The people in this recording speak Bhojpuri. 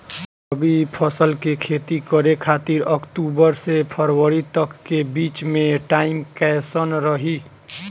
रबी फसल के खेती करे खातिर अक्तूबर से फरवरी तक के बीच मे टाइम कैसन रही?